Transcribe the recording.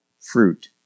fruit